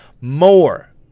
more